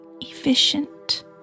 efficient